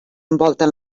envolten